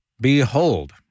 Behold